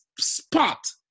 spot